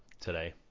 today